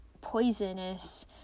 poisonous